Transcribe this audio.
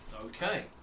Okay